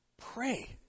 pray